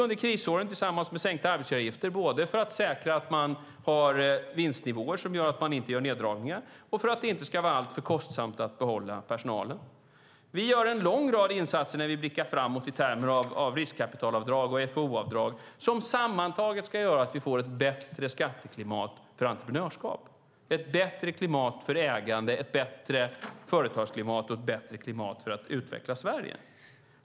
Det är tillsammans med sänkta arbetsgivaravgifter viktigt under krisåren, både för att säkra att företagen har vinstnivåer som får till följd att de inte gör neddragningar och för att det inte ska vara alltför kostsamt att behålla personalen. När vi blickar framåt gör vi en lång rad insatser i termer av riskkapitalavdrag och FoU-avdrag som sammantaget ska göra att vi får ett bättre skatteklimat för entreprenörskap, ett bättre klimat för ägande, ett bättre företagsklimat och ett bättre klimat för att utveckla Sverige.